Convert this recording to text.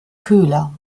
köhler